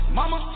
Mama